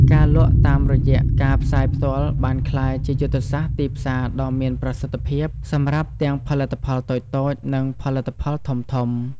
ការលក់តាមរយៈការផ្សាយផ្ទាល់បានក្លាយជាយុទ្ធសាស្ត្រទីផ្សារដ៏មានប្រសិទ្ធភាពសម្រាប់ទាំងផលិតផលតូចៗនិងផលិតផលធំៗ។